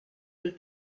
del